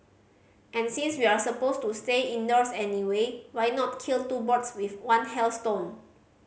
and since we're supposed to stay indoors anyway why not kill two birds with one hailstone